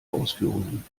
ausführungen